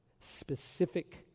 specific